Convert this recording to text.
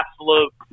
Absolute